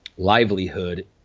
livelihood